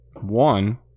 one